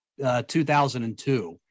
2002